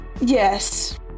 Yes